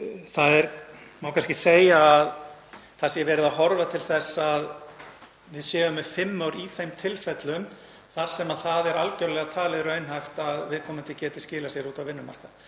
Það má kannski segja að það sé verið að horfa til þess að við séum með fimm ár í þeim tilfellum þar sem það er algerlega talið raunhæft að viðkomandi geti skilað sér út á vinnumarkað.